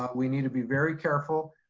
we need to be very careful,